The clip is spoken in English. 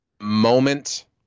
moment